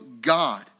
God